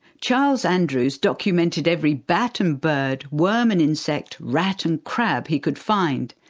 charles andrews documented every bat and bird, worm and insect, rat and crab he could find.